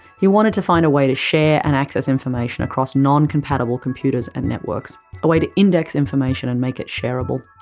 he wanted to find a way to share and access information across non-compatible computers and networks, a way to index information and make it shareable.